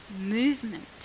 movement